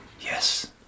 yes